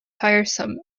tiresome